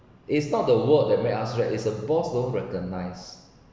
it's not the world that make us stress is the boss don't recognise